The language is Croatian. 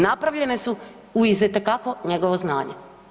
Napravljene su uz itekako njegovo znanje.